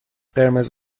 قرمز